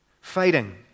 fighting